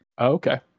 Okay